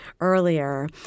earlier